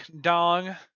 dong